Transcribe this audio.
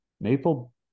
maple